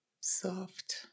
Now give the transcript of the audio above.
soft